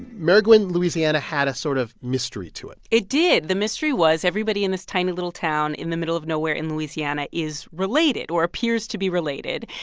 maringouin, la, had a sort of mystery to it it did. the mystery was everybody in this tiny, little town in the middle of nowhere in louisiana is related or appears to be related.